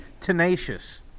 Tenacious